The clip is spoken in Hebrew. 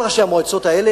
כל ראשי המועצות האלה,